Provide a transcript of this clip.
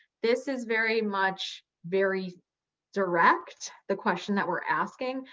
this is very much very direct, the question that we're asking.